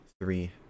three